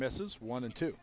misses one and two